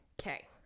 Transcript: okay